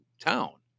town